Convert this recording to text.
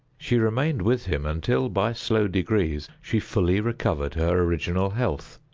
she remained with him until, by slow degrees, she fully recovered her original health.